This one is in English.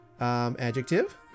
Adjective